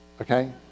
okay